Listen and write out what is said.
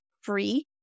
free